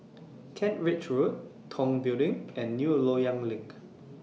Kent Ridge Road Tong Building and New Loyang LINK